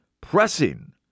pressing